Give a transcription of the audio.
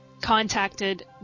contacted